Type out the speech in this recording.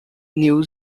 new